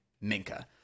Minka